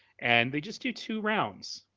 and they just due to rounds.